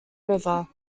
river